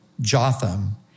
Jotham